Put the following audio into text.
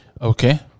Okay